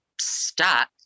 stuck